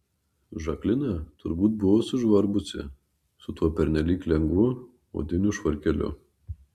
žaklina turbūt buvo sužvarbusi su tuo pernelyg lengvu odiniu švarkeliu